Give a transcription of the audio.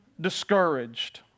discouraged